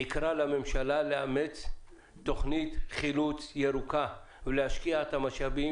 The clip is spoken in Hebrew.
נקרא לממשלה לאמץ תוכנית חילוץ ירוקה ולהשקיע את המשאבים